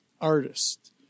Artist